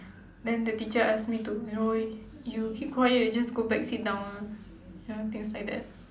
then the teacher ask me to no you keep quiet just go back sit down ah ya things like that